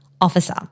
officer